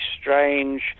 strange